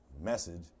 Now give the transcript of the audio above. message